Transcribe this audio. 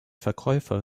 verkäufer